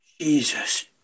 Jesus